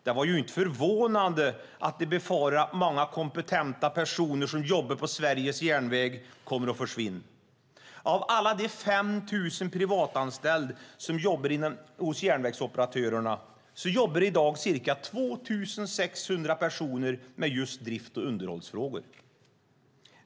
Det var inte förvånande att de befarar att många kompetenta personer som jobbar på Sveriges järnväg kommer att försvinna. Av alla de 5 000 privatanställda som jobbar hos järnvägsoperatörerna jobbar i dag ca 2 600 personer med just drift och underhållsfrågor.